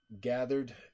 gathered